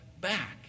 back